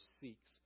seeks